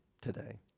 today